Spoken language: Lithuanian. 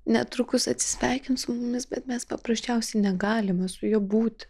netrukus atsisveikins su mumis bet mes paprasčiausiai negalime su ja būti